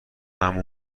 عمو